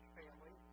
family